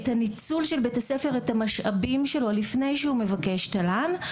את הניצול של בית הספר את המשאבים שלו לפני שהוא מבקש תל"ן.